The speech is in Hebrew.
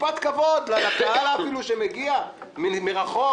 טיפה כבוד לקהל שמגיע מרחוק,